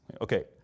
Okay